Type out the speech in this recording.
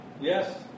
Yes